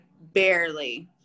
barely